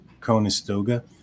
Conestoga